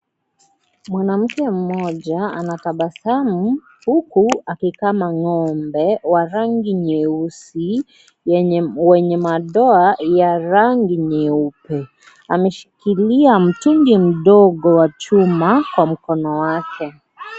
Mwanamke moja anatabasamu huku akikama ng'ombe wa rangi nyeusi mwenye madoa ya rangi nyeupe. Ameshikilia mtungi mdogo wa chuma kwa mkono wake.